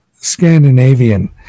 scandinavian